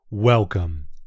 Welcome